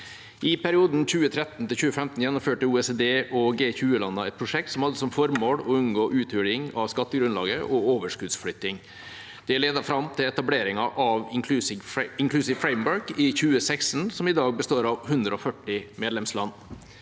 I perioden 2013–2015 gjennomførte OECD og G20landene et prosjekt som hadde som formål å unngå uthuling av skattegrunnlaget og overskuddsflytting. Det ledet fram til etableringen av Inclusive Framework i 2016, som i dag består av 140 medlemsland.